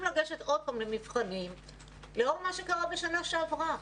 לגשת עוד פעם למבחנים לאור מה שקרה בשנה שעברה.